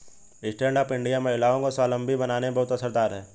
stand up India महिलाओं को स्वावलम्बी बनाने में बहुत असरदार है